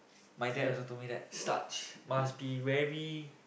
my dad also told me that starch must be wary